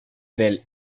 del